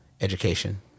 education